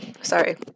Sorry